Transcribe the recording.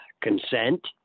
consent